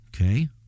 okay